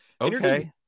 Okay